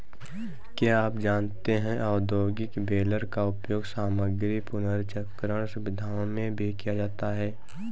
क्या आप जानते है औद्योगिक बेलर का उपयोग सामग्री पुनर्चक्रण सुविधाओं में भी किया जाता है?